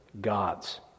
gods